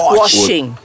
washing